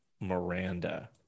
Miranda